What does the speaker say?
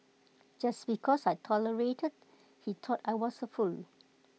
just because I tolerated he thought I was A fool